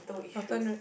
your turn right